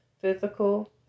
physical